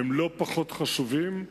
הם לא פחות חשובים,